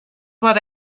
what